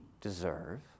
deserve